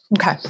Okay